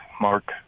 Mark